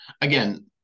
again